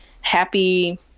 happy-